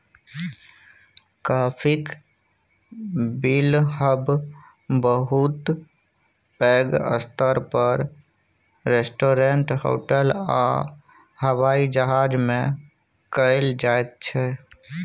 काफीक बिलहब बहुत पैघ स्तर पर रेस्टोरेंट, होटल आ हबाइ जहाज मे कएल जाइत छै